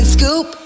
Scoop